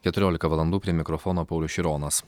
keturiolika valandų prie mikrofono paulius šironas